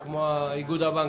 יש שני חלקים.